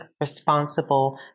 responsible